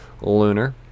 Lunar